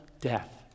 death